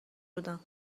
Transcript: بودم